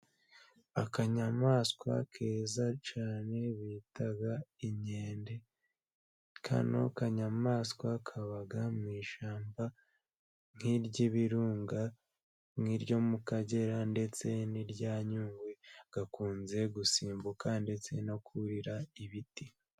Akanyamaswa keza cyane, bita inkende, kano kanyamaswa kaba mu ishyamba, nk'iry'ibirunga, nk'iryo mu Kagera, ndetse n'irya Nyungwe. Gakunze gusimbuka ndetse no kurira ibiti.